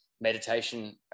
meditation